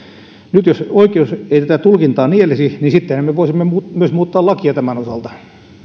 nyt jos oikeus ei tätä tulkintaa nielisi niin sittenhän me voisimme myös muuttaa lakia tämän osalta